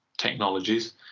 technologies